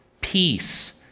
peace